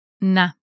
na